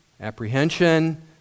apprehension